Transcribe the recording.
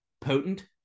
potent